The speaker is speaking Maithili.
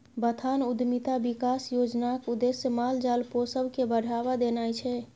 बथान उद्यमिता बिकास योजनाक उद्देश्य माल जाल पोसब केँ बढ़ाबा देनाइ छै